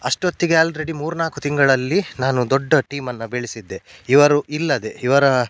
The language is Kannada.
ಅಷ್ಟೊತ್ತಿಗೆ ಆಲ್ರೆಡಿ ಮೂರು ನಾಲ್ಕು ತಿಂಗಳಲ್ಲಿ ನಾನು ದೊಡ್ಡ ಟೀಮನ್ನು ಬೆಳೆಸಿದ್ದೆ ಇವರು ಇಲ್ಲದೇ ಇವರ